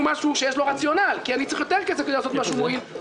מי נגד, מי נמנע?